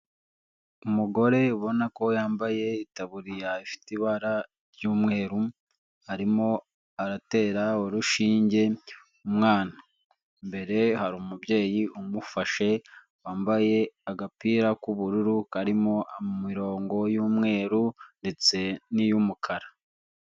Umugore ubona ko yambayetabuririya ifite ibara ry'umweru, arimo aratera urushinge umwana, imbere hari umubyeyi umufashe wambaye agapira k'ubururu karimo imirongo y'umweru ndetse n'iy'umukara.